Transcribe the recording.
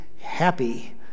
happy